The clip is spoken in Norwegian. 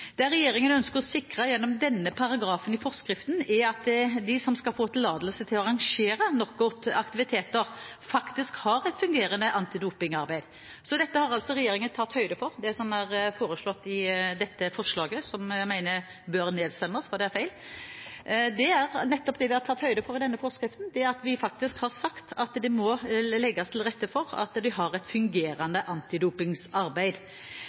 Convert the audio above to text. Det regjeringen ønsker å sikre gjennom denne paragrafen i forskriften, er at de som skal få tillatelse til å arrangere knockoutaktiviteter, faktisk har et fungerende antidopingarbeid. Regjeringen har altså tatt høyde for det som er foreslått i det omdelte forslaget, et forslag som jeg mener bør nedstemmes, fordi det er feil. Det er nettopp det vi har tatt høyde for i denne forskriften, at det må legges til rette for at en har et